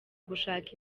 gushaka